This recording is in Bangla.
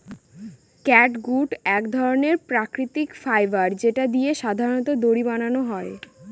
ক্যাটগুট এক ধরনের প্রাকৃতিক ফাইবার যেটা দিয়ে সাধারনত দড়ি বানানো হয়